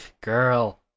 girl